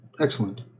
Excellent